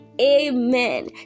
Amen